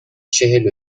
چهل